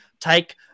take